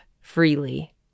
freely